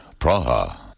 Praha